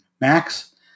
MAX